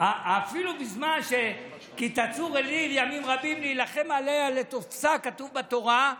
אפילו בזמן "כי תצור אל עיר ימים רבים להלחם עליה לתפשה" כתוב בתורה,